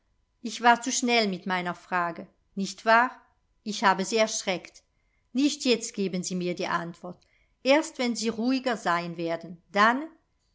ich war zu schnell mit meiner frage nicht wahr ich habe sie erschreckt nicht jetzt geben sie mir die antwort erst wenn sie ruhiger sein werden dann